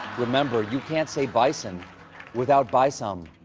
remember, you can't say bison without buy-some.